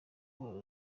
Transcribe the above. wowe